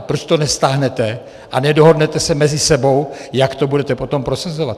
Proč to nestáhnete a nedohodnete se mezi sebou, jak to budete potom prosazovat?